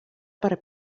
per